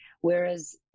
whereas